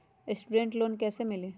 Student loan कैसे मिली?